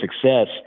success